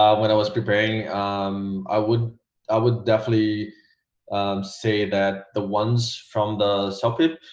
um when i was preparing um i would i would definitely say that the ones from the soffit